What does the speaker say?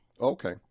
Okay